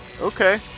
okay